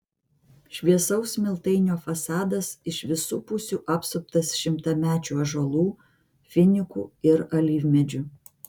šviesaus smiltainio fasadas iš visų pusių apsuptas šimtamečių ąžuolų finikų ir alyvmedžių